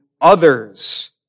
Others